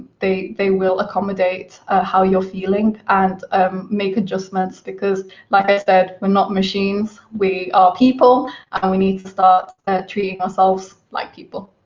they they will accommodate how you're feeling, and make adjustments, because like ah we're not machines, we are people, and we need to start treating ourselves like people.